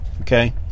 Okay